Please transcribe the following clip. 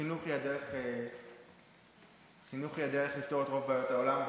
חינוך הוא הדרך לפתור את רוב בעיות העולם,